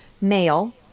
male